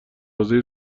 حوزه